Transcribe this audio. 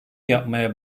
yapmaya